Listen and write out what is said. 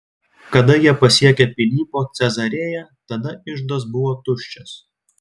kada jie pasiekė pilypo cezarėją tada iždas buvo tuščias